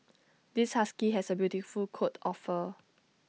this husky has A beautiful coat of fur